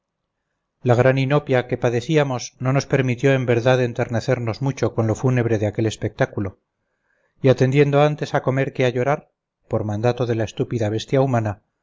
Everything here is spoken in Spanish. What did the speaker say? la gran inopia que padecíamos no nos permitió en verdad enternecernos mucho con lo fúnebre de aquel espectáculo y atendiendo antes a comer que a llorar por